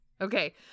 Okay